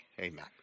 Amen